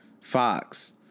Fox